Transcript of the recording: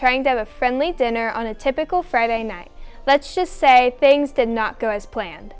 trying to have a friendly dinner on a typical friday night let's just say things did not go as planned